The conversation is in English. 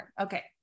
Okay